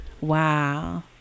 Wow